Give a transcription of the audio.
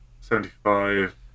Seventy-five